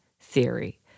theory